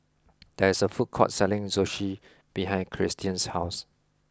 there is a food court selling Zosui behind Kiersten's house